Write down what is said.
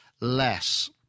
less